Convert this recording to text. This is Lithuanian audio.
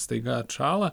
staiga atšąla